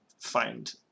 find